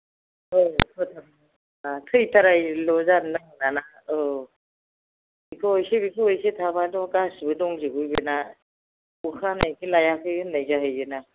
औ फोथांनो आनथा थैद्रायनायल' जानो नाङाना औ बेखौ एसे बेखौ एसे थाबाथ' गासिबो दंजोबो बेना अखा हानायखाय लायाखै होननाय जाहोयो ना